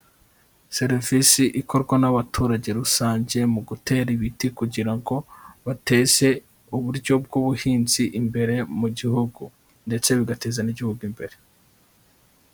Serivisi ikorwa n'abaturage rusange mu gutera ibiti kugira ngo bateze uburyo bw'ubuhinzi imbere mu gihugu, ndetse bigateza n'igihugu imbere.